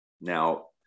Now